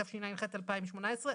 התשע"ח-2018,